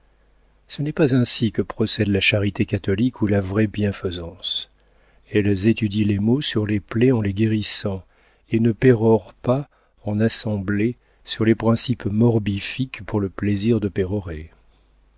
ce n'est pas ainsi que procèdent la charité catholique ou la vraie bienfaisance elles étudient les maux sur les plaies en les guérissant et ne pérorent pas en assemblée sur les principes morbifiques pour le plaisir de pérorer